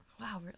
wow